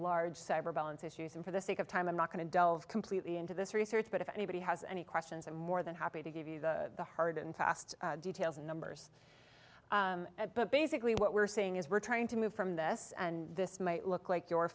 large cyber balance issues and for the sake of time i'm not going to delve completely into this research but if anybody has any questions and more than happy to give you the hard and fast details and numbers but basically what we're saying is we're trying to move from this and this might look like your